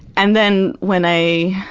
and then, when i